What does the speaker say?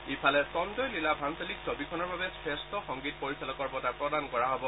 ইফালে সঞ্জয় লীলা ভাঞালীক ছবিখনৰ বাবে শ্ৰেষ্ট সংগীত পৰিচালকৰ বঁটা প্ৰদান কৰা হ'ব